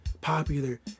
popular